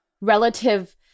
relative